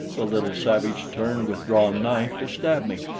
the little savage turned with drawn knife to stab me,